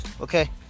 Okay